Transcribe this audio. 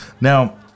Now